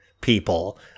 people